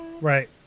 Right